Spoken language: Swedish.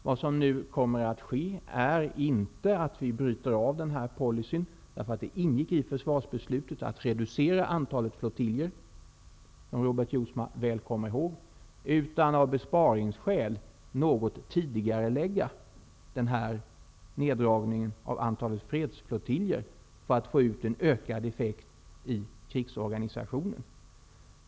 Vad som nu kommer att ske är inte att vi avbryter den här policyn -- det ingick i försvarsbeslutet att reducera antalet flottiljer, som Robert Jousma väl kommer ihåg -- utan vi kommer av besparingsskäl att något tidigarelägga neddragningen av antalet fredsflottiljer för att på så sätt få ut en ökad effekt i krigsorganisationen.